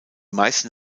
meisten